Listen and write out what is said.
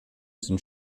sind